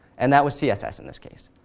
and that was css, in this case.